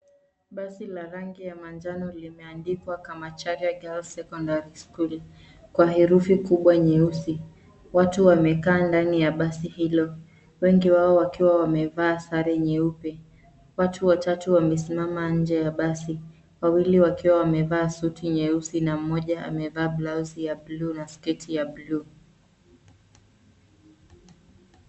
Basi la rangi ya manjano limeandikwa Kamacharia Girls Secondary School kwa herufi kubwa nyeusi. Watu wamekaa ndani ya basi hilo, wengi wao wakiwa wamevaa sare nyeupe. Watu watatu wamesimama nje ya basi, wawili wakiwa wamevaa suti nyeusi na mmoja amevaa blauzi ya bluu na sketi ya bluu.